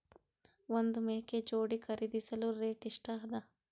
ಒಂದ್ ಮೇಕೆ ಜೋಡಿ ಖರಿದಿಸಲು ರೇಟ್ ಎಷ್ಟ ಅದ?